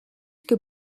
que